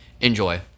Enjoy